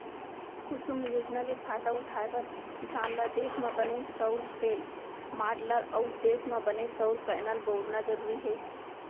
कुसुम योजना ले फायदा उठाए बर किसान ल देस म बने सउर सेल, माँडलर अउ देस म बने सउर पैनल बउरना जरूरी हे